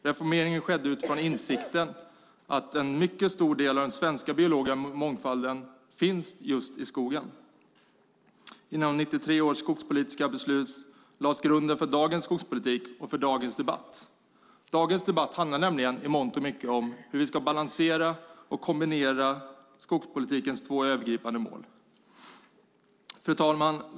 Reformeringen skedde utifrån insikten att en mycket stor del av den svenska biologiska mångfalden finns just i skogen. Genom 1993 års skogspolitiska beslut lades grunden för dagens skogspolitik och för dagens debatt. Dagens debatt handlar nämligen i mångt och mycket om hur vi ska balansera och kombinera skogspolitikens två övergripande mål. Fru talman!